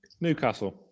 Newcastle